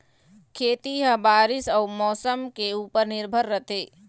खेती ह बारीस अऊ मौसम के ऊपर निर्भर रथे